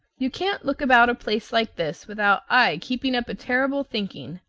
you can't look about a place like this without aye keeping up a terrible thinking.